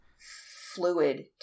fluid